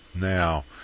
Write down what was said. Now